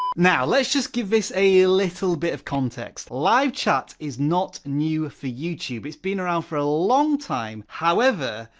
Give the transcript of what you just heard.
now let's just give this a little bit of context. live chat is not new for youtube. it's been around for a long time however,